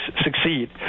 succeed